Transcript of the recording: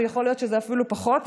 ויכול להיות שזה אפילו פחות,